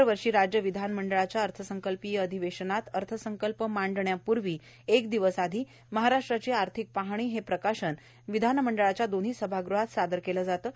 दरवर्षी राज्य विधानमंडळाच्या अर्थसंकल्पीय अधिवेशनात अर्थसंकल्प मांडण्यापूर्वी एक दिवस अगोदर महाराष्ट्राची आर्थिक पाहणी हे प्रकाशन विधानमंडळाच्या दोन्ही सभागृहात सादर केले जाते